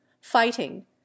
fighting